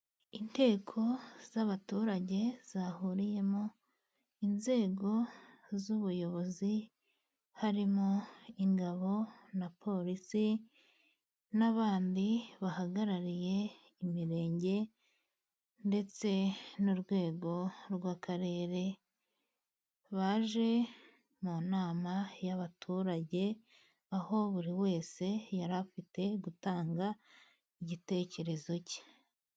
Inteko z'abaturage zahuriyemo inzego z'ubuyobozi harimo ingabo na polisi n'abandi bahagarariye imirenge, ndetse n'urwego rw'Akarere, baje mu nama y'abaturage, aho buri wese yari afite gutanga igitekerezo cye.